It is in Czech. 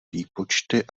výpočty